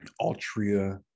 altria